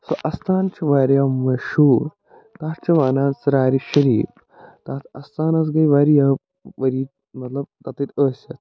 سُہ استان چھِ واریاہ مشہوٗر تَتھ چھِ وَنان ژیارِ شریٖف تَتھ اَستانَس گٔے واریاہ ؤری مطلب تَتِیتھ ٲسِتھ